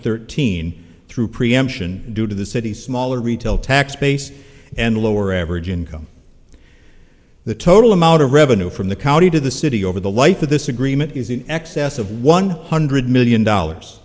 thirteen through preemption due to the city's smaller retail tax base and lower average income the total amount of revenue from the county to the city over the life of this agreement is in excess of one hundred million dollars